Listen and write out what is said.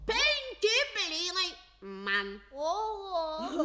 penki blynai man o